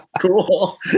cool